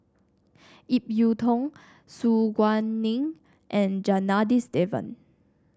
Ip Yiu Tung Su Guaning and Janadas Devan